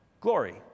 glory